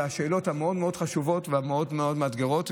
השאלות המאוד-מאוד חשובות והמאוד-מאוד מאתגרות,